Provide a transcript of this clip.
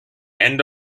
end